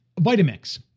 Vitamix